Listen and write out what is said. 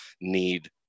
need